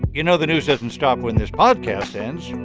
you know the news doesn't stop when this podcast ends.